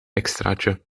extraatje